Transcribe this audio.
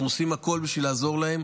אנחנו עושים הכול בשביל לעזור להם.